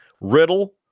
Riddle